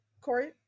Corey